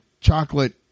chocolate